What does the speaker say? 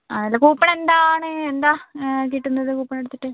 ആ അല്ല കൂപ്പൺ എന്താണ് എന്താണ് കിട്ടുന്നത് കൂപ്പൺ എടുത്തിട്ട്